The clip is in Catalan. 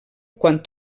quan